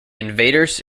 invaders